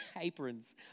aprons